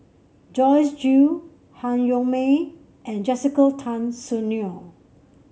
Joyce Jue Han Yong May and Jessica Tan Soon Neo